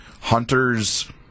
Hunter's